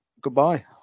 goodbye